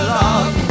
love